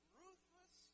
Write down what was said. ruthless